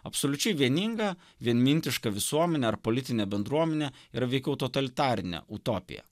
absoliučiai vieninga vienmintiška visuomenė ar politinė bendruomenė yra veikiau totalitarinė utopija